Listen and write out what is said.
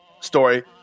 story